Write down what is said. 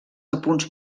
apunts